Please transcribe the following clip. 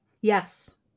Yes